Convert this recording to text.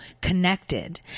connected